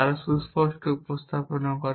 তারা সুস্পষ্ট উপস্থাপনা করে